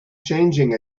changing